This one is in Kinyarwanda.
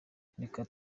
reka